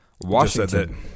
Washington